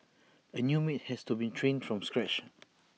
A new maid has to be trained from scratch